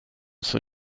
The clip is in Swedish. som